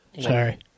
Sorry